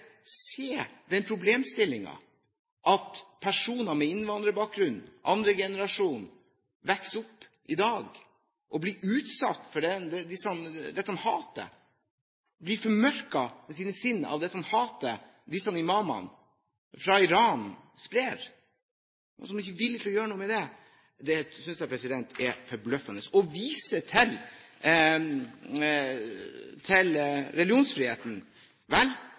se den problemstillingen at personer med innvandrerbakgrunn, at andregenerasjon vokser opp i dag og blir utsatt for dette hatet, blir formørket i sine sinn av dette hatet som disse imamene fra Iran sprer, og ikke være villig til å gjøre noe med det, synes jeg er forbløffende. Å vise til religionsfriheten, vel,